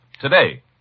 today